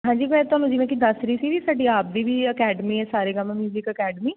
ਹਾਂਜੀ ਮੈਂ ਤੁਹਾਨੂੰ ਜਿਵੇਂ ਕਿ ਦੱਸ ਰਹੀ ਸੀ ਵੀ ਸਾਡੀ ਆਵਦੀ ਵੀ ਅਕੈਡਮੀ ਹੈ ਸਾ ਰੇ ਗਾ ਮਾ ਮਿਊਜ਼ਿਕ ਅਕੈਡਮੀ